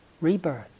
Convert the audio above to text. rebirth